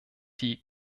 die